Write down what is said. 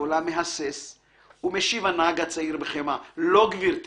קולה מהסס/ ומשיב הנהג הצעיר בחמה 'לא גברתי